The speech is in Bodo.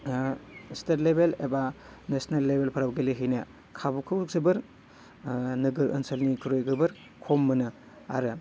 स्टेट लेभेल एबा नेशनेस लेभेलफोराव गेलेहैनो खाबुखौ जोबोर नोगोर ओनसोलनिख्रुइ जोबोर खम मोनो आरो